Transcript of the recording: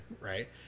right